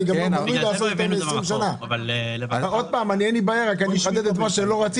שוב, אין לי בעיה אלא שאני מחדד את זה.